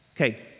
Okay